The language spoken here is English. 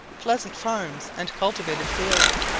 pleasant farms, and cultivated fields.